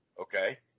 okay